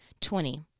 Twenty